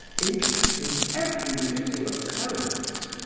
interested in every little occurrence.